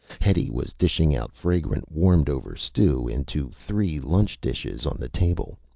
hetty was dishing out fragrant, warmed-over stew into three lunch dishes on the table.